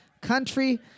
country